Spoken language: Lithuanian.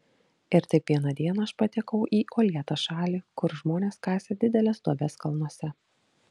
ir taip vieną dieną aš patekau į uolėtą šalį kur žmonės kasė dideles duobes kalnuose